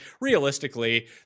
Realistically